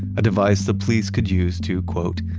a device the police could use to quote,